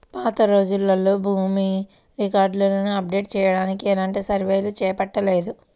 పాతరోజుల్లో భూమి రికార్డులను అప్డేట్ చెయ్యడానికి ఎలాంటి సర్వేలు చేపట్టలేదు